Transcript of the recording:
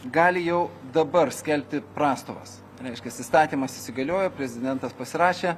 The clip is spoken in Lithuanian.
gali jau dabar skelbti prastovas reiškias įstatymas įsigaliojo prezidentas pasirašė